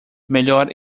melhor